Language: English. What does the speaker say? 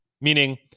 meaning